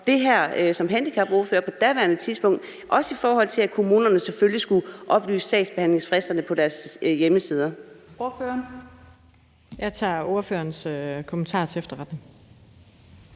det her som handicapordfører på daværende tidspunkt og også for, at kommunerne selvfølgelig skulle oplyse sagsbehandlingsfristerne på deres hjemmesider.